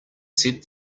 said